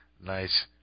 Nice